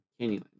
Canyonlands